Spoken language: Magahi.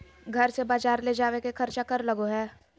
घर से बजार ले जावे के खर्चा कर लगो है?